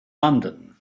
london